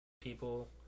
people